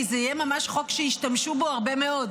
כי זה ממש יהיה חוק שישתמשו בו הרבה מאוד.